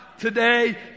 Today